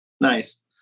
Nice